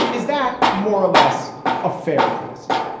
is that more or less a fair criticism?